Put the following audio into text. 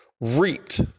reaped